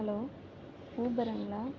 hello ஊபருங்களா